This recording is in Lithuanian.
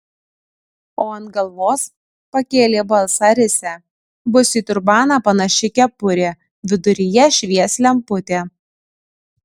o ant galvos pakėlė balsą risia bus į turbaną panaši kepurė viduryje švies lemputė